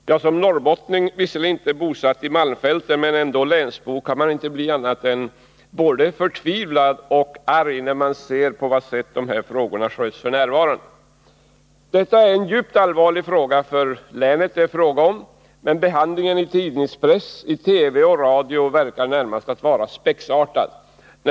Herr talman! Som norrbottning — visserligen är jag inte bosatt i malmfälten, men jag är ändå länsbo — kan man inte bli annat än både förtvivlad och arg när man ser på vilket sätt de här frågorna sköts f. n. Detta är en djupt allvarlig fråga för länet, men behandlingen av hela denna problematik i press, TV och radio verkar närmast vara spexartad.